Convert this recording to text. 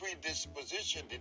predisposition